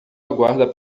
aguarda